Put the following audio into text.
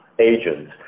agents